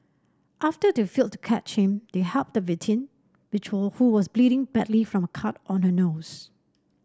after they failed to catch him they helped the victim who was bleeding badly from a cut on her nose